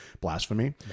blasphemy